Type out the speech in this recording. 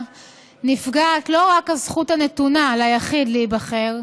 נפגעת לא רק הזכות הנתונה ליחיד להיבחר,